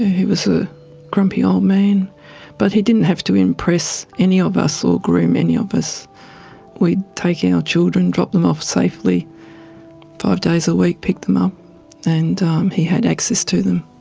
he was a grumpy old man but he didn't have to impress any of us or groom any of us we'd take in our children, drop them off safely five days a week, pick them up and um he had access to them.